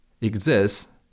exists